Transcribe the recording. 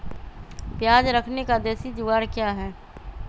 प्याज रखने का देसी जुगाड़ क्या है?